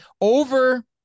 Over